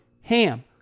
HAM